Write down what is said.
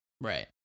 Right